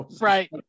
Right